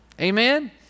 amen